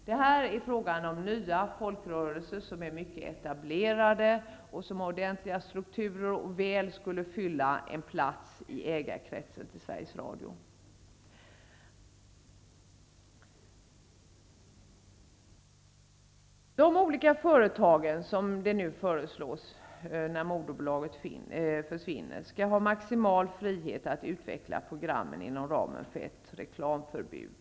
Det är här fråga om nya folkrörelser som är mycket etablerade, med ordentliga strukturer. De skulle väl fylla en plats i kretsen av ägare till Sveriges Det slås också fast att de olika företagen skall ha maximal frihet att utveckla programmen inom ramen för ett reklamförbud.